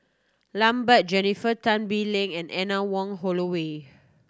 Lambert Jennifer Tan Bee Leng and Anne Wong Holloway